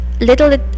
little